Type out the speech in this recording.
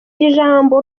ijambo